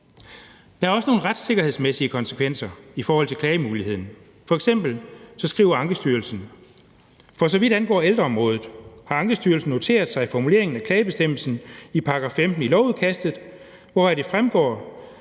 Der er også nogle retssikkerhedsmæssige konsekvenser i forhold til klagemuligheden. F.eks. skriver Ankestyrelsen: »For så vidt angår ældreområdet har Ankestyrelsen noteret sig formuleringen af klagebestemmelsen i § 15 i lovudkastet, hvoraf det fremgår,